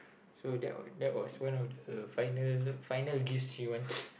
so that was one of the final final gifts she wanted